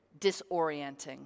disorienting